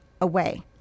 away